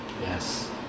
Yes